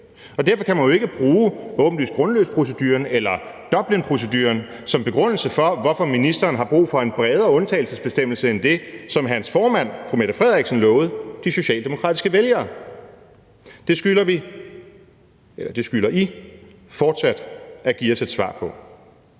og derfor kan man jo ikke bruge åbenlyst grundløs-proceduren eller Dublinproceduren som begrundelse for, hvorfor ministeren har brug for en bredere undtagelsesbestemmelse end det, som hans formand, fru Mette Frederiksen, lovede de socialdemokratiske vælgere. Det skylder I fortsat at give os et svar på.